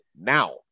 now